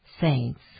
saints